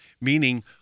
meaning